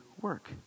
work